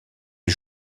les